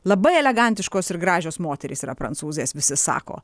labai elegantiškos ir gražios moterys yra prancūzės visi sako